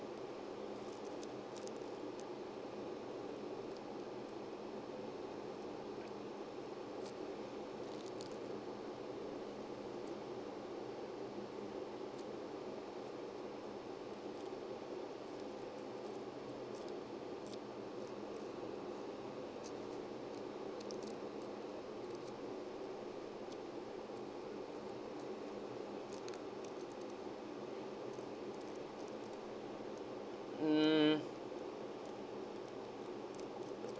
mm